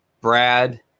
Brad